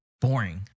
boring